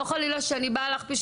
לא חלילה שאני באה להכפיש,